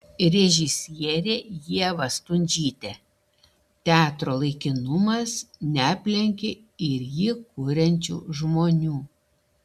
režisierė ieva stundžytė teatro laikinumas neaplenkia ir jį kuriančių žmonių